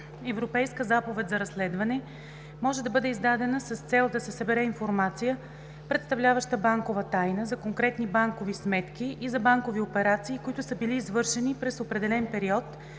Европейска заповед за разследване може да бъде издадена с цел да се събере информация, представляваща банкова тайна за конкретни банкови сметки и за банкови операции, които са били извършени през определен период